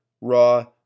raw